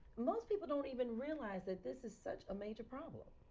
most people don't even realize that this is such a major problem.